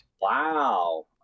Wow